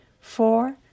four